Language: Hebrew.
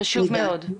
חשוב מאוד.